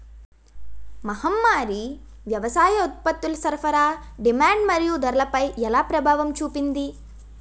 మహమ్మారి వ్యవసాయ ఉత్పత్తుల సరఫరా డిమాండ్ మరియు ధరలపై ఎలా ప్రభావం చూపింది?